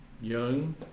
young